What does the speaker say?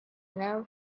know